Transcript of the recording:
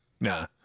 Nah